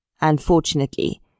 Unfortunately